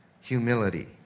humility